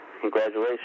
Congratulations